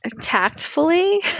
tactfully